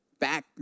back